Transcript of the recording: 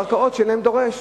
קרקעות שאין להן דורש.